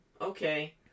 Okay